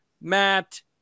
Matt